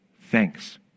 thanks